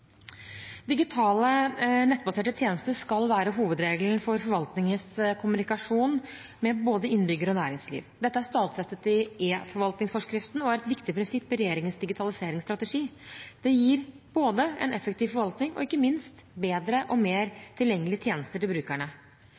Digitale nettbaserte tjenester skal være hovedregelen for forvaltningens kommunikasjon med både innbyggere og næringsliv. Dette er stadfestet i eForvaltningsforskriften og er et viktig prinsipp i regjeringens digitaliseringsstrategi. Det gir både en effektiv forvaltning og ikke minst bedre og mer tilgjengelige tjenester til brukerne.